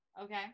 Okay